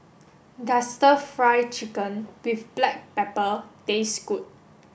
does stir fry chicken with black pepper taste good